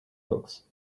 books